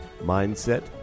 Mindset